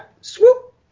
Swoop